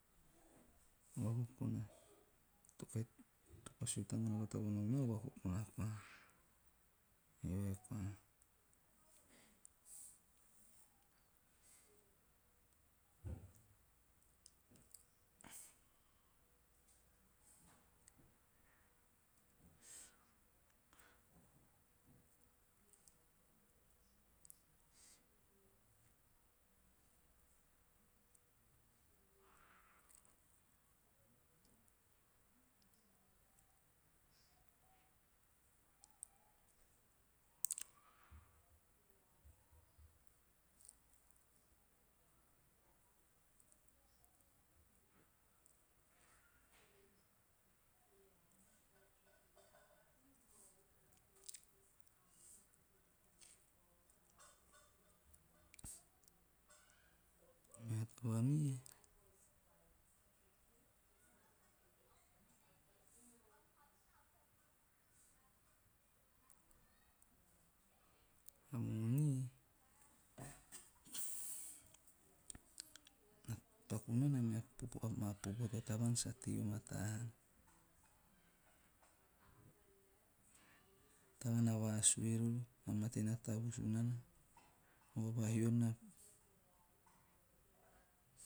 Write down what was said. O vakokona tp kahi to pa sue tamuana bata nom na o vakokona koa. Eve koa. A meha taba me sa tei vamataa haani. Tavaan na vasue rori mate na tavus nana vavahio na